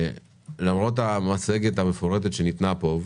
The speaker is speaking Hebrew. למרות המצגת המפורטת שניתנה פה,